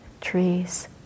trees